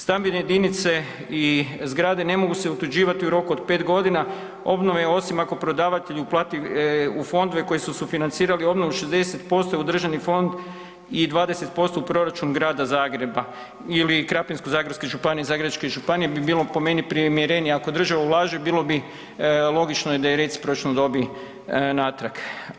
Stambene jedinice i zgrade ne mogu se otuđivati u roku od 5. g. obnove osim ako prodavatelj uplati u fondove koji su sufinancirali obnovu 60% u državni fond i 20% u proračun grada Zagreba ili Krapinsko-zagorske županije i Zagrebačke županije bi bilo po meni primjerenije ako država ulaže, bilo bi logično da i recipročno dobije natrag.